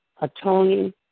atoning